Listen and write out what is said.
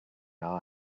our